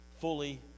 fully